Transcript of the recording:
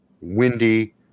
windy